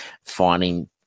finding